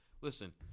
listen